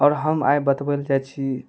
आओर हम आइ बतबै लए जाइ छी